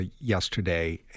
yesterday